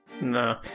No